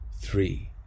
three